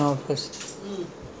அது:athu cannot consider that [one]